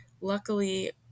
luckily